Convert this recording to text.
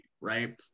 right